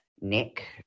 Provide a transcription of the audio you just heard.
Nick